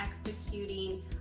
executing